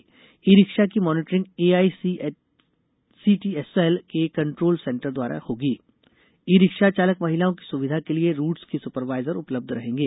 ई rickshaw की monitoring AICTSL के control centre द्वारा होगी ई रिक्शा चालक महिलाओं की सुविधा के लिए रूट्स के सुपरवाइजर उपलब्ध रहेंगे